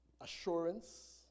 assurance